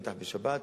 בטח בשבת.